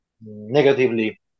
negatively